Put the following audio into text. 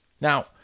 Now